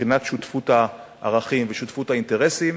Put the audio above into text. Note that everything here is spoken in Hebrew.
מבחינת שותפות הערכים ושותפות האינטרסים,